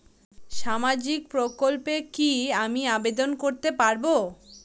সামাজিক প্রকল্পে কি আমি আবেদন করতে পারবো?